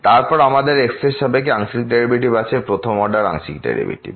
তারপর আমাদের x এর সাপেক্ষে আংশিক ডেরিভেটিভ আছে প্রথম অর্ডার আংশিক ডেরিভেটিভ